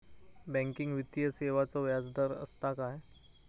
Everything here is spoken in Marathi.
बँकिंग वित्तीय सेवाचो व्याजदर असता काय?